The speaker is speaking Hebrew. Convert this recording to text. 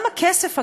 גם הכסף,